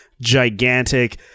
gigantic